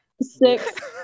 Six